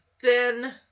thin